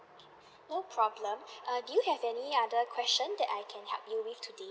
no problem err do you have any other question that I can help you with today